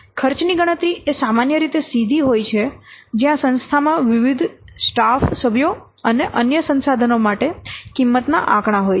ખર્ચની ગણતરી એ સામાન્ય રીતે સીધી હોય છે જ્યાં સંસ્થામાં વિવિધસ્ટાફ સભ્યો અને અન્ય સંસાધનો માટે કિંમતનાં આંકડા હોય છે